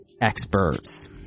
experts